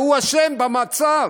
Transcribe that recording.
והוא אשם במצב?